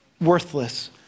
worthless